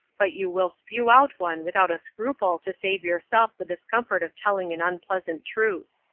but you will spew out one without a scruple to save yourself the discomfort of telling an unpleasant truth.